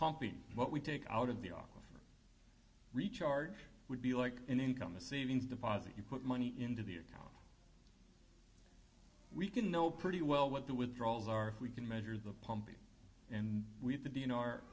pumping what we take out of the off recharge would be like in income a savings deposit you put money into the account we can know pretty well what the withdrawals are if we can measure the pump and we have the d